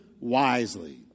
wisely